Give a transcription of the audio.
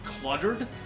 cluttered